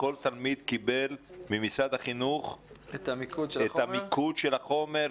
כל תלמיד קיבל ממשרד החינוך את המיקוד של החומר?